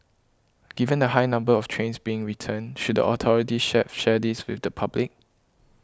given the high number of trains being returned should the authorities shared shared this with the public